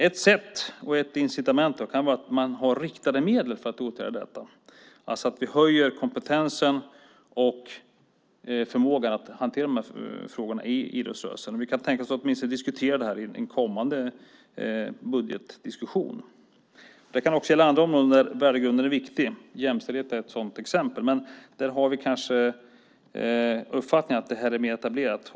Ett sätt och ett incitament kan vara att ha riktade medel för att åtgärda detta, alltså att vi höjer kompetensen och förmågan inom idrottsrörelsen när det gäller att hantera de här frågorna. Vi kan tänka oss att åtminstone diskutera dessa i en kommande budgetdiskussion. Det kan också gälla andra områden där värdegrunden är viktig. Jämställdhetsområdet är ett sådant exempel. Men där har vi kanske uppfattningen att det är mer etablerat.